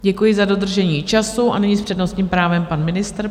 Děkuji za dodržení času a nyní s přednostním právem pan ministr.